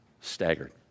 staggered